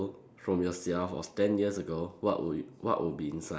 from yourself of ten years ago what will it what will be inside